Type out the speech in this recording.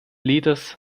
leaders